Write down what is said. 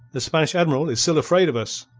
the spanish admiral is still afraid of us.